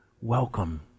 welcome